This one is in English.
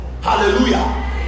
Hallelujah